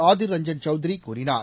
ஆதிர் ரஞ்சன் சௌத்ரி கூறினார்